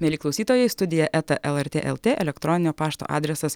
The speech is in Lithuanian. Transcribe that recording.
mieli klausytojai studija eta lrt lt elektroninio pašto adresas